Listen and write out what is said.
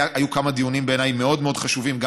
היו כמה דיונים מאוד מאוד חשובים בעיניי,